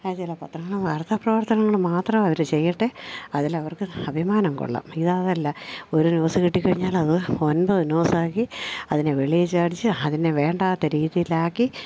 അ ചില പത്രങ്ങൾ വാർത്ത പ്രവർത്തനങ്ങൾ മാത്രം അവർ ചെയ്യട്ടെ അതിൽ അവർക്ക് അഭിമാനം കൊള്ളണം ഇത് അതല്ല ഒരു ന്യൂസ് കിട്ടിക്കഴിഞ്ഞാൽ അത് ഒൻപത് ന്യൂസാക്കി അതിനെ വിളിയിൽ ചാടിച്ചു അതിനെ വേണ്ടാത്ത രീതിയിലാക്കി